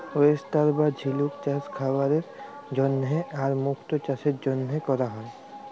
oyster বা ঝিলুক চাস খাবারের জন্হে আর মুক্ত চাসের জনহে ক্যরা হ্যয়ে